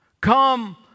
come